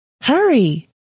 Hurry